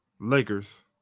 Lakers